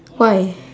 why